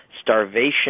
starvation